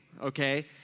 okay